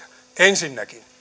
ensinnäkin